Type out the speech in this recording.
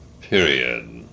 period